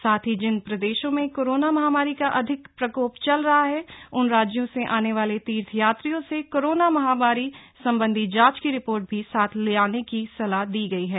साथ ही जिन प्रदेशों में कोरोना महामारी का अधिक प्रकोप चल रहा है उन राज्यों से आने वाले तीर्थयात्रियों से कोरोना महामारी संबंधी जांच की रिपोर्ट भी साथ लाने की सलाह दी गई है